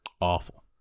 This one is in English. awful